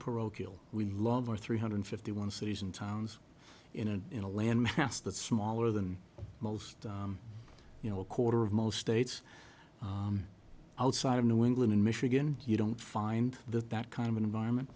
parochial we love our three hundred fifty one cities and towns in a in a land mass that smaller than most you know a quarter of most states outside of new england in michigan you don't find that that kind of environment